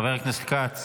חבר הכנסת כץ,